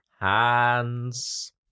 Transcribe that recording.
Hands